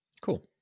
Cool